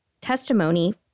testimony